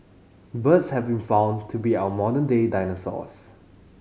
birds have been found to be our modern day dinosaurs